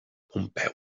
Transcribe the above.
pompeu